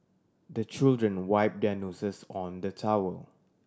the children wipe their noses on the towel